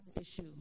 issue